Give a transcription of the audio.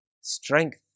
strength